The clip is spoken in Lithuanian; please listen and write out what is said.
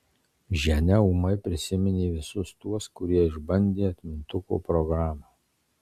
ženia ūmai prisiminė visus tuos kurie išbandė atmintuko programą